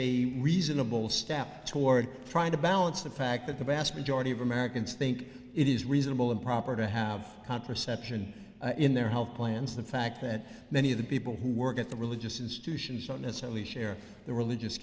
a reasonable step toward trying to balance the fact that the vast majority of americans think it is reasonable and proper to have contraception in their health plans the fact that many of the people who work at the religious institutions don't necessarily share their religious